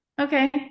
okay